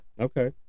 okay